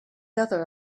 other